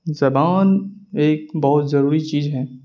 زبان ایک بہت ضروری چیز ہے